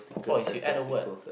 toys you add a word